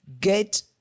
get